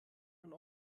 man